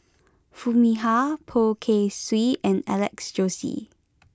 Foo Mee Har Poh Kay Swee and Alex Josey